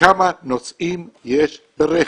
כמה נוסעים יש ברכב.